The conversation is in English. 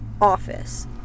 office